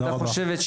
הוועדה חושבת,